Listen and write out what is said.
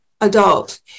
adult